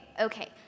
okay